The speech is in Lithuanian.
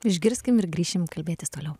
išgirskim ir grįšim kalbėtis toliau